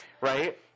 Right